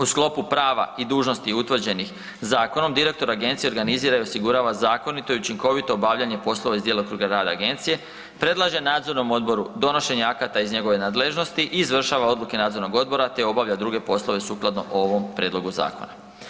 U sklopu prava i dužnosti utvrđenih zakonom direktor agencije organizira i osigurava zakonito i učinkovito obavljanje poslova iz djelokruga rada agencije, predlaže nadzornom odboru donošenje akata iz njegove nadležnost i izvršava odluke nadzornog odbora te obavlja druge poslove sukladno ovom prijedlogu zakona.